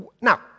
Now